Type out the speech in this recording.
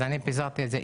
אז אני פיזרתי את זה,